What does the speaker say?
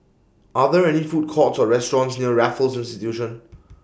Are There any Food Courts Or restaurants near Raffles Institution